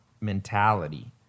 mentality